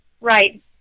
right